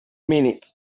minute